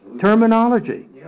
Terminology